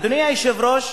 אדוני היושב-ראש,